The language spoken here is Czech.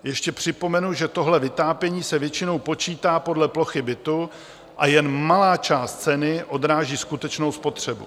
Ještě připomenu, že tohle vytápění se většinou počítá podle plochy bytu a jen malá část ceny odráží skutečnou spotřebu.